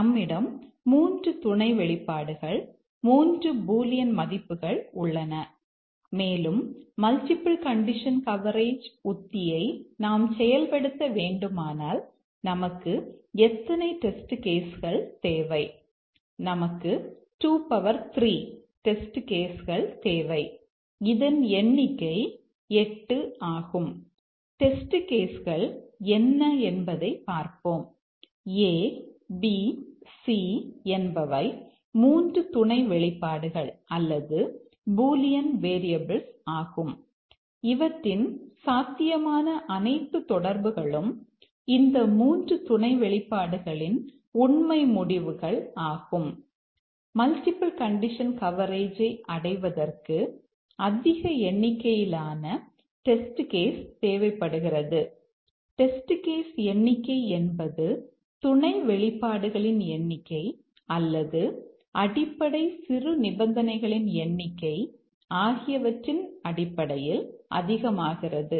நம்மிடம் 3 துணை வெளிப்பாடுகள் 3 பூலியன் மதிப்புகள் உள்ளன மேலும் மல்டிபிள் கண்டிஷன் கவரேஜ் உத்தியை நாம் செயல்படுத்த வேண்டுமானால் நமக்கு எத்தனை டெஸ்ட் கேஸ் எண்ணிக்கை என்பது துணை வெளிப்பாடுகளின் எண்ணிக்கை அல்லது அடிப்படை சிறு நிபந்தனைகளின் எண்ணிக்கை ஆகியவற்றின் அடிப்படையில் அதிகமாகிறது